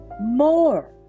More